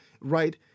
right